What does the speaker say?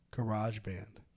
GarageBand